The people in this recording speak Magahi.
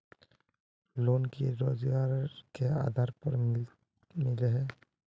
लोन की रोजगार के आधार पर मिले है?